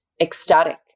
ecstatic